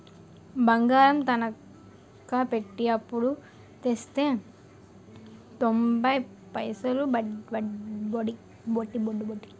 బంగారం తనకా పెట్టి అప్పుడు తెస్తే తొంబై పైసలే ఒడ్డీ